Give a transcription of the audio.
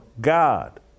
God